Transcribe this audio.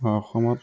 অসমত